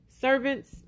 servants